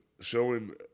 showing